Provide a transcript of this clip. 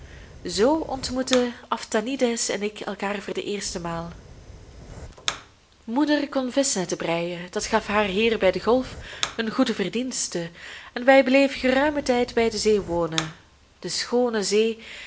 zoo ontmoetten aphtanides en ik elkaar voor de eerste maal moeder kon vischnetten breien dat gaf haar hier bij de golf een goede verdienste en wij bleven geruimen tijd bij de zee wonen de schoone zee